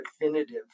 definitive